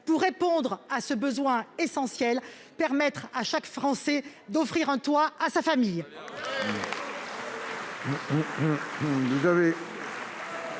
pour répondre à ce besoin essentiel : permettre à chaque Français d'offrir un toit à sa famille.